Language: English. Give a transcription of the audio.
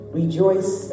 rejoice